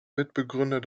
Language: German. mitbegründer